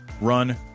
Run